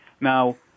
Now